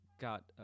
got